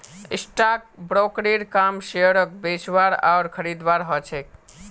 stock ब्रोकरेर काम शेयरक बेचवार आर खरीदवार ह छेक